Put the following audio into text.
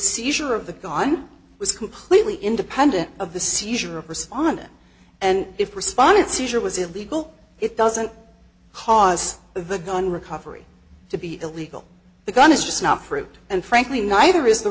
seizure of the gun was completely independent of the seizure of respondent and if respondent seizure was illegal it doesn't cause the gun recovery to be illegal the gun is just not fruit and frankly neither is the